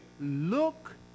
look